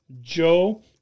Joe